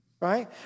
right